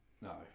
no